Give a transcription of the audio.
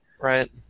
Right